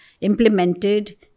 implemented